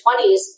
20s